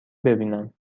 ببینم